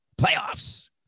Playoffs